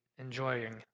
enjoying